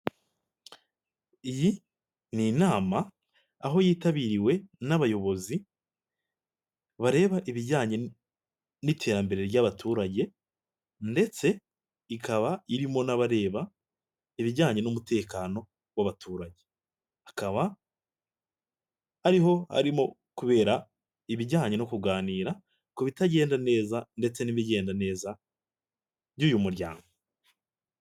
Iyi n'inama aho yitabiriwe n'abayobozi bareba ibijyanye n'iterambere ry'abaturage ndetse ikaba irimo n'abareba ibijyanye n'umutekano w'abaturage, akaba ariho harimo kubera ibijyanye no kuganira kubitagenda neza ndetse n'ibigenda neza by'uyu muryango.